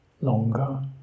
longer